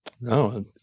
No